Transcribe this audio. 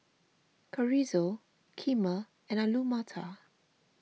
Chorizo Kheema and Alu Matar